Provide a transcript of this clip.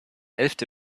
elfte